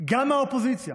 גם מהאופוזיציה